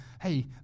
hey